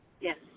Yes